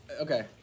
Okay